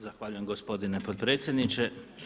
Zahvaljujem gospodine potpredsjedniče.